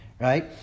right